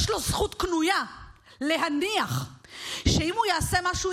יש לו זכות קנויה להניח שאם הוא יעשה משהו